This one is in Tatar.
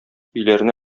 өйләренә